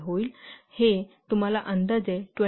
तर हे तुम्हाला अंदाजे 26